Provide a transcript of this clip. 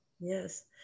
yes